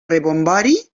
rebombori